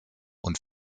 und